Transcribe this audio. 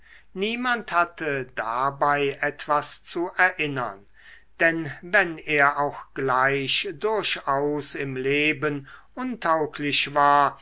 niemand hatte dabei etwas zu erinnern denn wenn er auch gleich durchaus im leben untauglich war